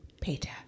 Peter